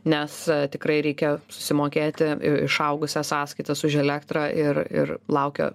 nes tikrai reikia susimokėti išaugusias sąskaitas už elektrą ir ir laukia